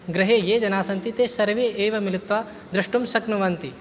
गृहे ये जनाः सन्ति ते सर्वे एव मिलित्वा द्रष्टुं शक्नुवन्ति